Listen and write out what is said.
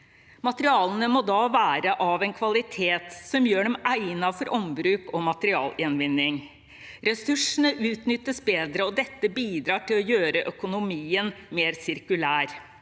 Materialene må da være av en kvalitet som gjør dem egnet for ombruk og materialgjenvinning. Ressursene utnyttes bedre, og dette bidrar til å gjøre økonomien mer sirkulær.